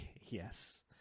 yes